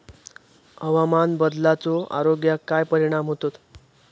हवामान बदलाचो आरोग्याक काय परिणाम होतत?